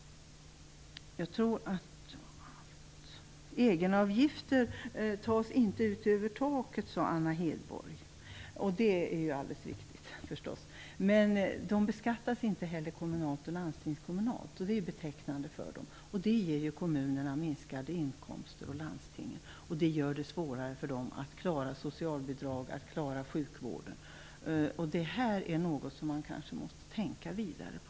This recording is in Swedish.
Hedborg. Det är förstås helt riktigt. Men de beskattas inte heller kommunalt och landstingskommunalt. Det är utmärkande för dem. Det ger kommuner och landsting minskade inkomster, och det gör det svårare för dem att klara socialbidrag och sjukvård. Det här är något som man kanske måste tänka vidare på.